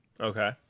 Okay